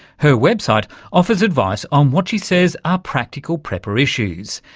her website offers advice on what she says are practical prepper issues.